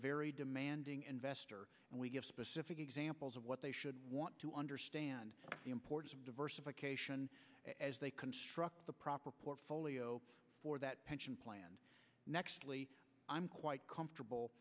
very demanding investor and we give specific examples of what they should want to understand the importance of diversification as they construct the proper portfolio for that pension plan i'm quite comfortable